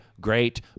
great